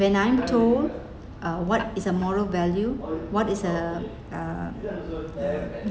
when I'm told uh what is a moral value what is a a